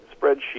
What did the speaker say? spreadsheet